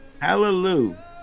hallelujah